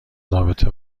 رابطه